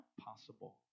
possible